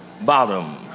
bottom